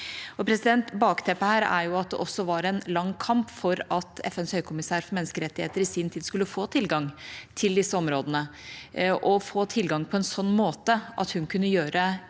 fora. Bakteppet her er at det var en lang kamp for at FNs høykommissær for menneskerettigheter i sin tid skulle få tilgang til disse områdene – og få tilgang på en sånn måte at hun kunne gjøre